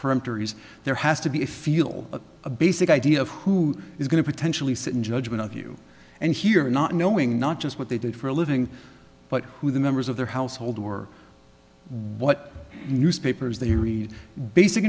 printers there has to be a feel of a basic idea of who is going to potentially sit in judgment of you and here not knowing not just what they did for a living but who the members of their household were what newspapers they read basic